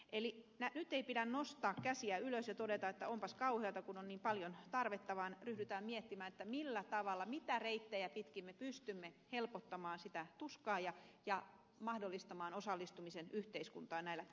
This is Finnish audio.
eli nyt ei pidä nostaa käsiä ylös ja todeta että onpas kauheata kun on niin paljon tarvetta vaan ryhdytään miettimään millä tavalla mitä reittejä pitkin me pystymme helpottamaan sitä tuskaa ja mahdollistamaan osallistumisen yhteiskuntaan näille kuntoutujille paremmin